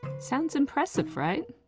sounds impressive, right?